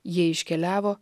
jie iškeliavo